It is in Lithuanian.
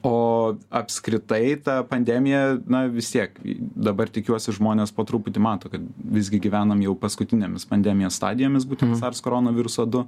o apskritai ta pandemija na vis tiek dabar tikiuosi žmonės po truputį mato kad visgi gyvenam jau paskutinėmis pandemijos stadijomis būtent sars koronaviruso du